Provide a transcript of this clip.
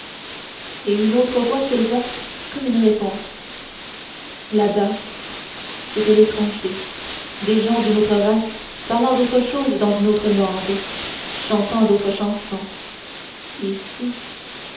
et une autre voix s'éleva comme une réponse là-bas c'était l'étranger des gens d'une autre race parlant d'autre chose dans une autre langue chantant d'autres chansons ici